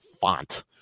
font